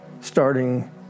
starting